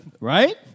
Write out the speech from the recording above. right